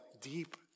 deep